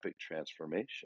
transformation